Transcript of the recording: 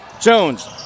Jones